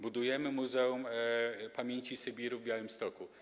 Budujemy Muzeum Pamięci Sybiru w Białymstoku.